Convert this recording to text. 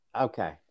Okay